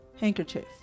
handkerchief